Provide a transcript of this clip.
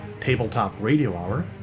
tabletopradiohour